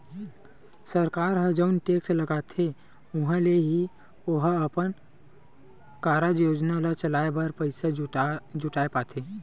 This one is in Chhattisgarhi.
सरकार ह जउन टेक्स लगाथे उहाँ ले ही ओहा अपन कारज योजना ल चलाय बर पइसा जुटाय पाथे